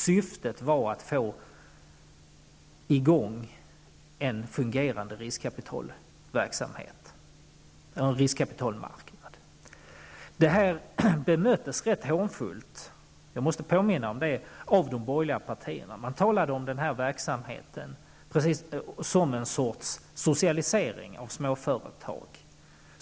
Syftet var att få i gång en fungerande riskkapitalmarknad. Det här bemöttes rätt hånfullt, det måste jag påminna om, från de borgerliga partiernas sida. Man såg denna verksamhet som en sorts socialisering av småföretag.